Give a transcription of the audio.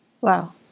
Wow